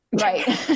right